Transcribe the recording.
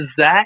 Zach